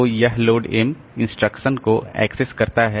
तो यह इस लोड M इंस्ट्रक्शन को एक्सेस करता है